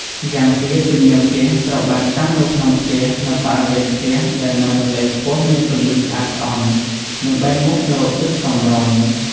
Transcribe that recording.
ម្យ៉ាងទៀតជំនាងផ្ទះត្រូវបានតាំងនៅក្នុងផ្ទះនៅបរិវេណផ្ទះដែលនៅកន្លែងខ្ពស់មានពន្លឺស្អាតស្អំនិងបែរមុខទៅរកទិសសមរម្យ។